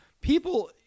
people